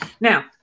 Now